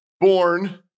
born